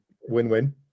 win-win